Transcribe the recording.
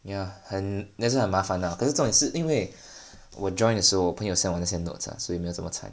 yeah 很 that's why 很麻烦 ah 可是这种是因为 我 join 的时候朋友 send 我那些 notes ah 所以没有这么惨